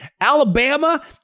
Alabama